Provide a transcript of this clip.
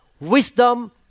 wisdom